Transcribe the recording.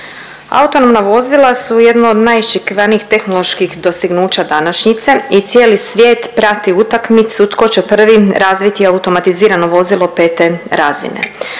Autonomna vozila su jedno od najiščekivanijih tehnoloških dostignuća današnjice i cijeli svijet prati utakmicu tko će prvi razviti automatizirano vozilo 5. razine.